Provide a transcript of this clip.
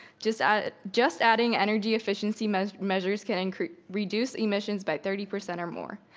just ah just adding energy efficiency measures measures can and reduce emissions by thirty percent or more.